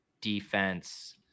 defense